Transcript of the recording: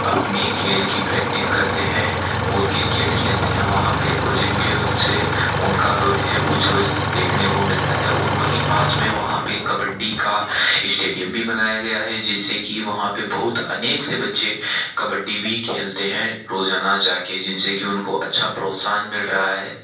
अपने खेल की प्रैक्टिस करते हैं और क्रिकेट खेलते हैं वहाँ पर वो जिन के उन से उन का भविष्य उज्जवल देखने को मिलता है और वहीं पास में वहाँ पर कबड्डी का इश्टेडियम भी बनाया गया है जिस से कि वहाँ पर बहुत अनेक से बच्चे कबड्डी भी खेलते हैं रोज़ाना जा कर जिन से की उन को अच्छा प्रोत्साहन मिल रहा है